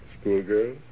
Schoolgirl